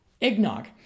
eggnog